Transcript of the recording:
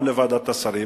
גם לוועדת השרים,